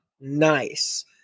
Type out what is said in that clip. nice